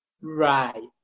Right